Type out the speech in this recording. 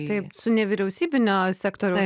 taip su nevyriausybiniu sektoriumi